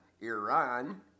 Iran